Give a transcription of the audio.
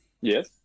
yes